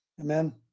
Amen